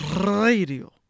radio